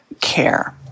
care